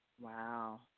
Wow